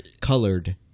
colored